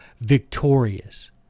victorious